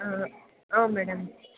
ಹಾಂ ಹಾಂ ಮೇಡಮ್